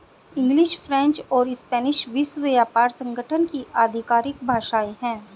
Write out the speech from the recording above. English, French और Spanish विश्व व्यापार संगठन की आधिकारिक भाषाएं है